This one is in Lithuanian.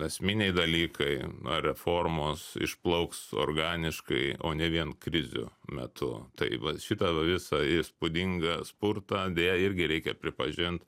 esminiai dalykai nuo reformos išplauks organiškai o ne vien krizių metu tai va šitą va visą įspūdingą spurtą deja irgi reikia pripažint